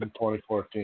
2014